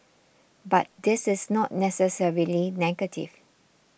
but this is not necessarily negative